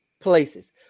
places